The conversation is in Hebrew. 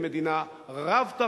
היא מדינה רב-תרבותית.